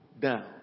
down